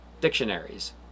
dictionaries